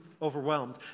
Overwhelmed